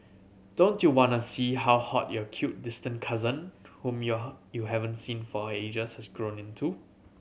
don't you wanna see how hot your cute distant cousin whom you you haven't seen for ages has grown into